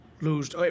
lose